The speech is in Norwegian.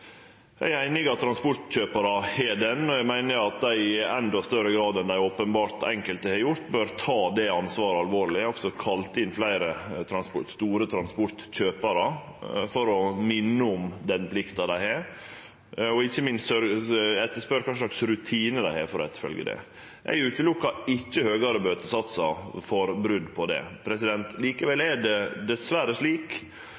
Eg er einig i at transportkjøparar har den plikta, og eg meiner at dei i endå større grad enn enkelte av dei openbert har gjort, bør ta det ansvaret alvorleg. Eg har også kalla inn fleire store transportkjøparar for å minne om den plikta dei har, og ikkje minst spørje kva rutinar dei har for å følgje opp dette. Eg ser ikkje bort frå høgare bøtesatsar for brot på dette. Likevel er det diverre slik